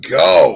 go